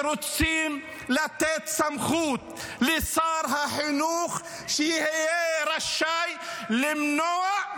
רוצים לתת לשר החינוך סמכות שיהיה רשאי למנוע,